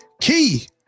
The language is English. key